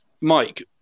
Mike